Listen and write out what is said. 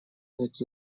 так